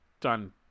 done